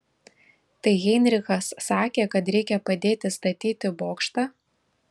tai heinrichas sakė kad reikia padėti statyti bokštą